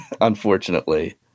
Unfortunately